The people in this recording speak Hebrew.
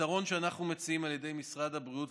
פתרון שאנחנו מציעים על ידי משרד הבריאות,